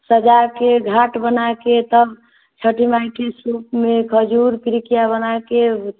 सजाकर घाट बनाकर तब छटी माई के सूप में खजूर बनाकर